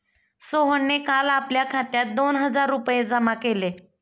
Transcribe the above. सोहनने काल आपल्या खात्यात दोन हजार रुपये जमा केले